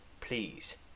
please